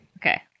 Okay